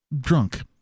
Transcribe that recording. drunk